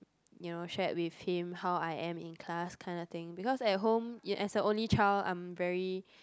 you know shared with him how I am in class kind of thing because at home you as an only child I'm very